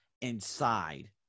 inside